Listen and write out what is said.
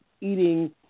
eating